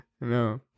No